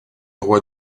rois